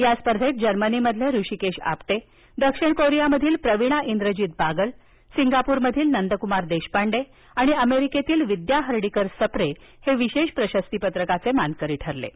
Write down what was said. या स्पर्धेत जर्मनीमधील हृषीकेश आपटे दक्षिण कोरियामधील प्रवीणा इंद्रजीत बागल सिंगाप्रमधील नंदकुमार देशपांडे आणि अमेरिकेतील विद्या हर्डीकर सप्रे हे विशेष प्रशस्तीप्रत्रकास पात्र ठरले आहेत